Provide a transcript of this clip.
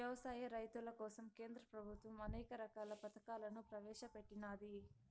వ్యవసాయ రైతుల కోసం కేంద్ర ప్రభుత్వం అనేక రకాల పథకాలను ప్రవేశపెట్టినాది